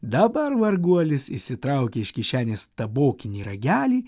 dabar varguolis išsitraukė iš kišenės tabokinį ragelį